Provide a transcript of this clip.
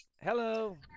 Hello